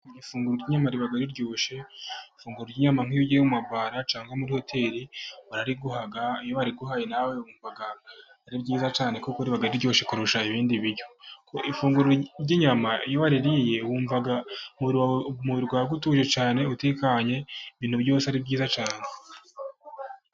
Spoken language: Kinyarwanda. Ifunguro ry' inyama riba riryoshye, ifunguro ry'inyama nkiyo ugiye mu mabara, cyangwa muri hoteri barariguha, iyo bariguhaye nawe wumva ari ryiza cyane, kuko riba riryoshye kurusha ibindi biryo, ifunguro ry'inyama iyo uririye wumva utuje cyane utekanye, ibintu byose ari byiza cyane.